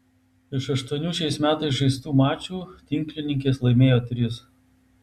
iš aštuonių šiais metais žaistų mačų tinklininkės laimėjo tris